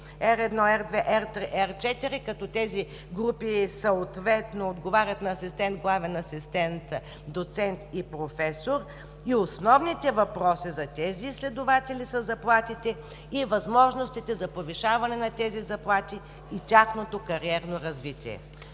R1, R2, R3, R4, като тези групи съответно отговарят на „асистент“, „главен асистент“, „доцент“ и „професор“, и основните въпроси за тези изследователи са заплатите, възможностите за повишаване на тези заплати и тяхното кариерно развитие.